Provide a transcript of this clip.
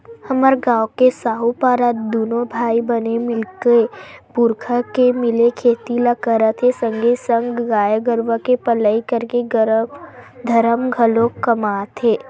हमर गांव के साहूपारा दूनो भाई बने मिलके पुरखा के मिले खेती ल करत हे संगे संग गाय गरुवा के पलई करके धरम घलोक कमात हे